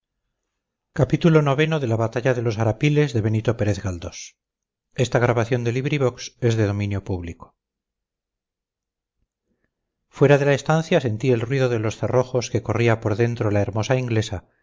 noches señora fuera de la estancia sentí el ruido de los cerrojos que corría por dentro la hermosa inglesa